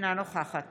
אינה נוכחת